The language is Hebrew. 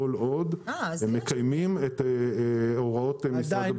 כל עוד הם מקיימים את הוראות משרד הבריאות.